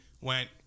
went